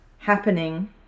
happening